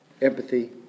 empathy